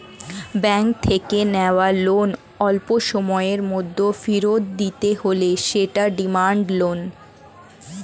bank থেকে নেওয়া loan অল্পসময়ের মধ্যে ফেরত দিতে হলে সেটা ডিমান্ড লোন